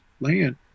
land